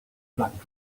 black